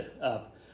up